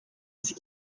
sich